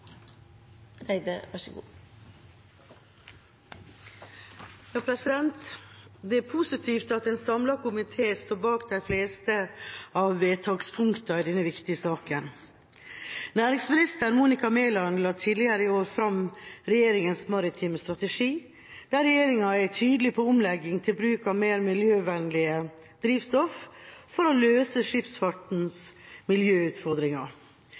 positivt at en samlet komité står bak de fleste av vedtakspunktene i denne viktige saken. Næringsminister Monica Mæland la tidligere i år fram regjeringas maritime strategi, der regjeringa er tydelig på omlegging til bruk av mer miljøvennlig drivstoff for å løse skipsfartens miljøutfordringer.